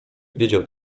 wiedział